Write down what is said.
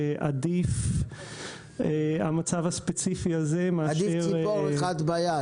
שעדיף המצב הספציפי הזה מאשר --- עדיף ציפור אחת ביד.